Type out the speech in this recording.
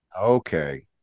Okay